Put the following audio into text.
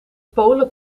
polen